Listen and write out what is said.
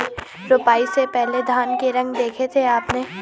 रोपाई से पहले धान के रंग देखे थे आपने?